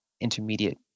intermediate